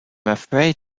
afraid